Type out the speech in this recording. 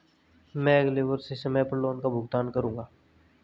मैं अगले वर्ष से समय पर लोन का भुगतान करूंगा